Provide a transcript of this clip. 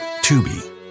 Tubi